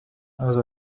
هذا